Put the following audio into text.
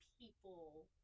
people